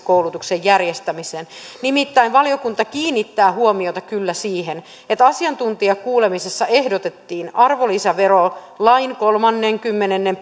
koulutuksen järjestämiseen alueellisesti nimittäin valiokunta kiinnittää kyllä huomiota siihen että asiantuntijakuulemisessa ehdotettiin arvonlisäverolain kolmannenkymmenennen